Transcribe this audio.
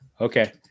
okay